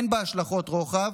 אין בה השלכות רוחב,